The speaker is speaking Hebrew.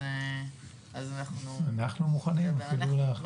אז אנחנו נדבר.